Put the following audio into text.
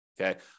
Okay